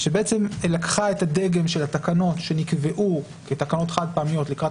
שבעצם לקחה את הדגם של התקנות שנקבעו כתקנות חד-פעמיות לקראת